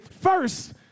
first